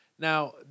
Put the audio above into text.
Now